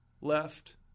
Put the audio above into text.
left